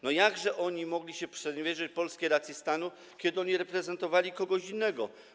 No jakże oni mogli sprzeniewierzyć się polskiej racji stanu, kiedy oni reprezentowali kogoś innego?